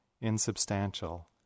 insubstantial